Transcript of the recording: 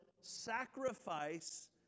sacrifice